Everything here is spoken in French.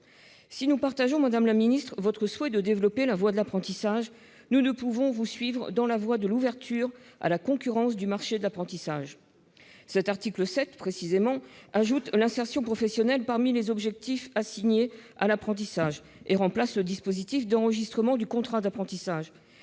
Si nous partageons votre souhait de développer la voie de l'apprentissage, madame la ministre, nous ne pouvons vous suivre dans la voie de l'ouverture à la concurrence du marché de l'apprentissage. Cet article ajoute précisément l'insertion professionnelle parmi les objectifs assignés à l'apprentissage, et il remplace le dispositif d'enregistrement du contrat d'apprentissage,